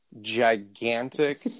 gigantic